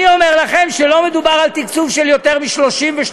אני אומר לכם שלא מדובר בתקצוב של יותר מ-32%,